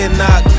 knock